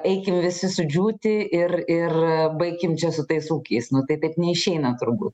eikim visi sudžiūti ir ir baikim čia su tais ūkiais nu tai taip neišeina turbū